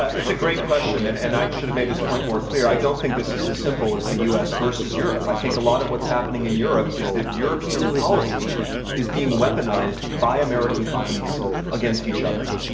it's a great question. and and i should have made this point more clear. i don't think this is as simple as the u. s. versus europe. i think a lot of what's happening in europe is that european policy is being weaponized by american companies against each other.